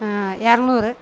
இரநூறு